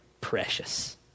precious